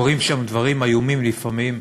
קורים שם דברים איומים לפעמים,